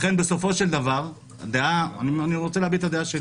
אני רוצה להביע את הדעה שלי.